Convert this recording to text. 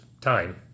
time